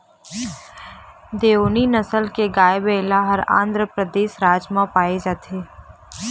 देओनी नसल के गाय, बइला ह आंध्रपरदेस राज म पाए जाथे